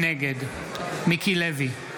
נגד מיקי לוי,